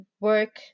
work